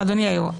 אדוני היושב-ראש,